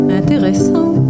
intéressant